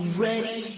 ready